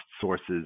sources